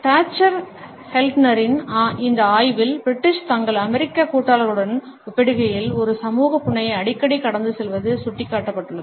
torture கெல்ட்னரின் இந்த ஆய்வில் பிரிட்டிஷ் தங்கள் அமெரிக்க கூட்டாளர்களுடன் ஒப்பிடுகையில் ஒரு சமூக புன்னகையை அடிக்கடி கடந்து செல்வது சுட்டிக்காட்டப்பட்டுள்ளது